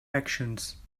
actions